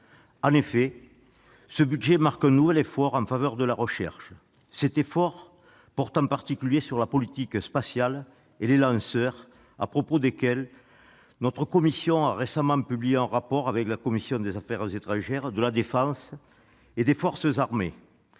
ce projet de budget marque un nouvel effort en faveur de la recherche. Cet effort porte en particulier sur la politique spatiale et les lanceurs, sur lesquels notre commission a récemment publié un rapport, conjointement avec la commission des affaires étrangères, de la défense et des forces armées,